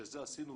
שזה עשינו,